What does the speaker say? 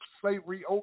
slavery